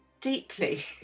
deeply